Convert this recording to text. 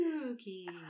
Spooky